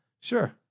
sure